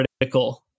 critical